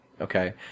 okay